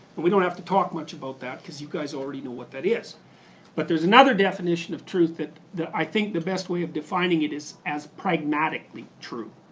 but we don't have to talk much about that cause you guys already know what that is but there's another definition of truth that i think the best way of defining it is as pragmatically true.